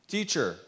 Teacher